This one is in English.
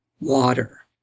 water